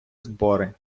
збори